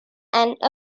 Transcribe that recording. and